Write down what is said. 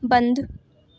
बंद